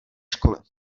školy